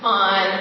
on